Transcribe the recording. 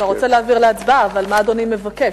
אתה רוצה להעביר להצבעה, אבל מה אדוני מבקש?